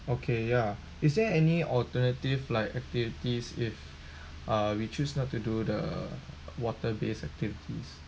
okay ya is there any alternative like activities if uh we choose not to do the water based activities